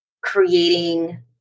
creating